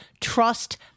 Trust